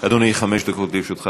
היושב-ראש, אדוני השר, יש שר?